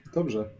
Dobrze